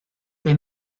des